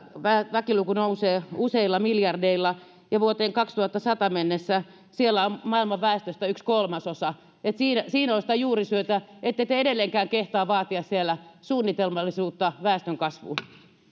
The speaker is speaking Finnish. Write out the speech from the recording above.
väkiluku nousee useilla miljardeilla ja vuoteen kaksituhattasata mennessä siellä on maailman väestöstä yksi kolmasosa eli siinä on sitä juurisyytä ette te edelleenkään kehtaa vaatia siellä suunnitelmallisuutta väestönkasvuun